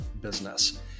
business